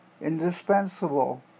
indispensable